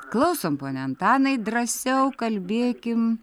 klausom pone antanai drąsiau kalbėkim